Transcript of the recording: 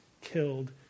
killed